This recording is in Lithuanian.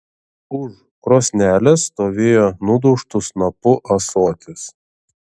už krosnelės stovėjo nudaužtu snapu ąsotis